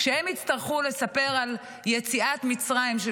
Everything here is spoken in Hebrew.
כשהם יצטרכו לספר על יציאת מצרים של